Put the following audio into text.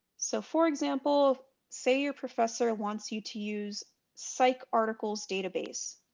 so for example say your professor wants you to use psycarticles database,